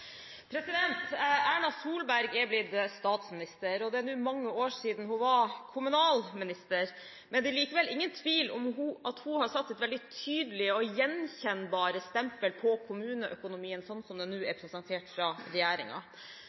mange år siden hun var kommunalminister. Det er likevel ingen tvil om at hun har satt sitt veldig tydelige og gjenkjennbare stempel på kommuneøkonomien, slik den nå er presentert